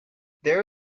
there